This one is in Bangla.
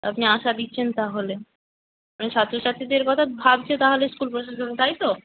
আপনি আশা দিচ্ছেন তাহলে ছাত্র ছাত্রীদের কথা ভাবছে তাহলে স্কুল প্রশাসন তাই তো